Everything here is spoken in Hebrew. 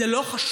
זה לא חשוב.